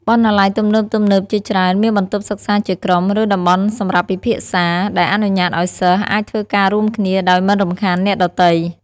បណ្ណាល័យទំនើបៗជាច្រើនមានបន្ទប់សិក្សាជាក្រុម ឬតំបន់សម្រាប់ពិភាក្សា ដែលអនុញ្ញាតឲ្យសិស្សអាចធ្វើការរួមគ្នាដោយមិនរំខានអ្នកដទៃ។